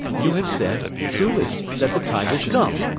you have said, truly, that the time is come.